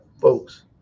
folks